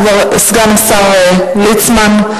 סגן השר ליצמן,